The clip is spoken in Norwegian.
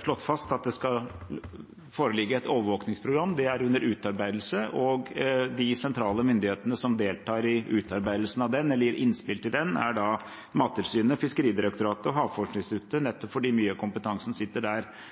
slått fast at det skal foreligge et overvåkingsprogram. Det er under utarbeidelse. De sentrale myndighetene som deltar i utarbeidelsen av det, eller gir innspill til det, er da Mattilsynet, Fiskeridirektoratet og Havforskningsinstituttet, nettopp fordi mye av kompetansen sitter der.